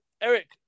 Eric